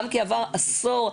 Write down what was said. ועבר עשור,